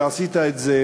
ועשית את זה,